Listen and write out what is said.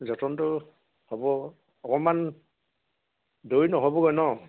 যতনটো হ'ব অকণমান দৈ নহ'বগৈ ন